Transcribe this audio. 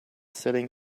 sitting